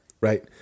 right